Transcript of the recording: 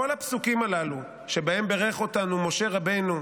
כל הפסוקים הללו, שבהם בירך אותנו משה רבנו,